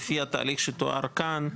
לפי התהליך שתואר כאן,